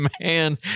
man